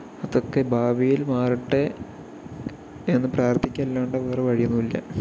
അതൊക്കെ ഭാവിയിൽ മാറട്ടെ എന്ന് പ്രാർത്ഥിക്കുകയല്ലാണ്ട് വേറെ വഴിയൊന്നുമില്ല